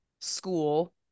school